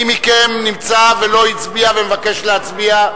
מי מכם נמצא ולא הצביע ומבקש להצביע?